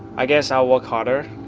i guess i'll work harder.